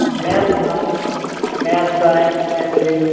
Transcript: math science math science Maithili